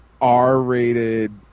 R-rated